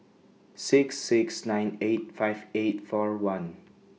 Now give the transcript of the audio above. six six nine eight five eight four one